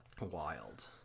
Wild